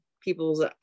people's